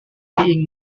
being